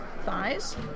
thighs